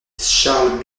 charles